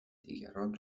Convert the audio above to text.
دیگران